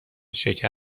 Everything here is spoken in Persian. شکر